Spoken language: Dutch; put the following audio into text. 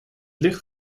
licht